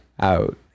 out